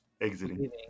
exiting